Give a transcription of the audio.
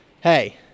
hey